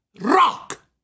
rock